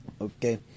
okay